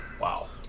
Wow